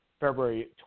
February